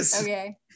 Okay